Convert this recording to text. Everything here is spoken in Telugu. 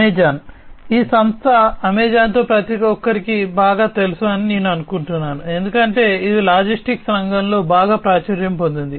అమెజాన్ ఈ సంస్థ అమెజాన్తో ప్రతిఒక్కరికీ బాగా తెలుసు అని నేను అనుకుంటున్నాను ఎందుకంటే ఇది లాజిస్టిక్స్ రంగంలో బాగా ప్రాచుర్యం పొందింది